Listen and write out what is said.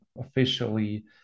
officially